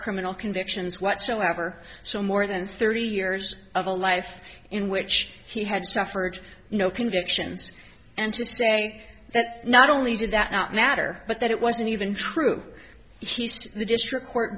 criminal convictions whatsoever so more than thirty years of a life in which he had suffered no convictions and to say that not only did that not matter but that it wasn't even true he said the district court